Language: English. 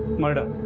murder.